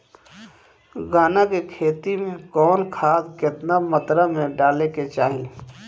गन्ना के खेती में कवन खाद केतना मात्रा में डाले के चाही?